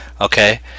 okay